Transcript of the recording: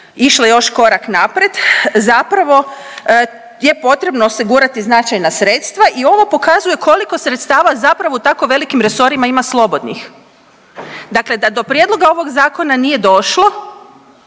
išle još korak naprijed zapravo je potrebno osigurati značajna sredstva i ovo pokazuje koliko sredstva zapravo u tako velikim resorima ima slobodnih. Dakle da do prijedloga ovog zakona nije došlo